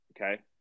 Okay